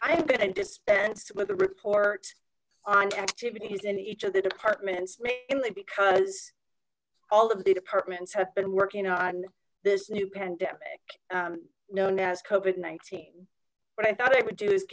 i've been a dispense with a report on activities in each of the departments mainly because all of the departments have been working on this new pandemic known as coab in nineteen what i thought i would do is